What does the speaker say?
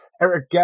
Eric